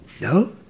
No